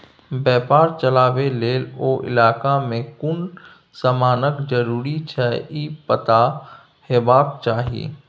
बेपार चलाबे लेल ओ इलाका में कुन समानक जरूरी छै ई पता हेबाक चाही